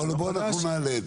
אז בוא נדון על,